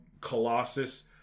Colossus